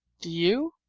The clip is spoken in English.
do you?